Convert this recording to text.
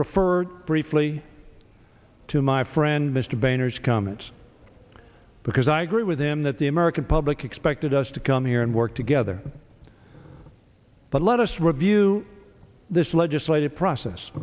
refer briefly to my friend mr boehner to comment because i agree with him that the american public expected us to come here and work together but let us review this legislative process